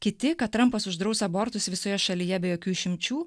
kiti kad trampas uždraus abortus visoje šalyje be jokių išimčių